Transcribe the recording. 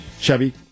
Chevy